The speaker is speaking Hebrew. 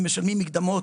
הם משלמים מקדמות.